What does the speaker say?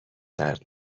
درد